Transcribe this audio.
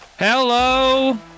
Hello